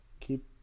keep